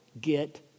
Get